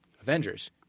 Avengers